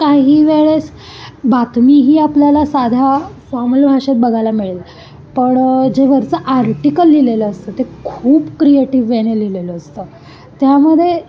काही वेळेस बातमीही आपल्याला साध्या फॉर्मल भाषेत बघायला मिळेल पण जे वरचं आर्टिकल लिहिलेलं असतं ते खूप क्रिएटिव वेने लिहिलेलं असतं त्यामध्ये